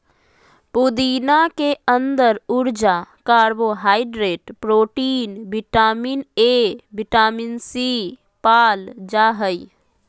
पुदीना के अंदर ऊर्जा, carbohydrate, protein, vitamin A, vitamin C, पाल जा हइ